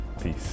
Peace